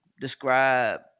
describe